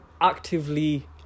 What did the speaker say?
actively